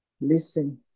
Listen